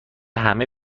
همه